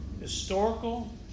historical